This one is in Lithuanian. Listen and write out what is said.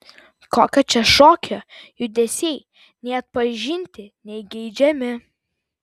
kokio čia šokio judesiai nei atpažinti nei geidžiami